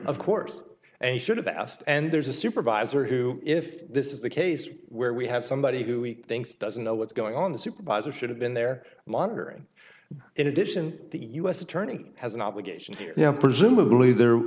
of course and he should have asked and there's a supervisor who if this is the case where we have somebody who he thinks doesn't know what's going on the supervisor should have been there monitoring in addition the u s attorney has an obligation to them presumably the